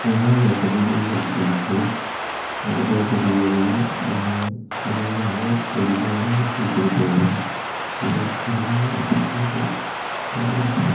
நிறையா பண்டிகைகள் இருக்குது அந்த மாதிரி பண்டிகைகள்லாம் நான் சகஜமாகவே துணி போடுவேன் புது துணி போடுவேன் அந்தமாதிரி துணிகள்லாம் போட்டுக்கிட்டு ஜாலியாக இருப்போம்